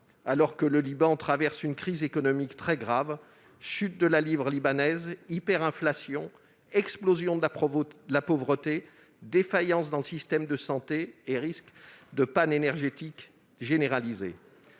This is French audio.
alors que le Liban traverse une crise économique très grave : chute de la livre libanaise, hyperinflation, explosion de la pauvreté, défaillances dans le système de santé et risque de panne énergétique généralisée.